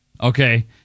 Okay